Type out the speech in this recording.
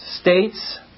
states